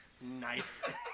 knife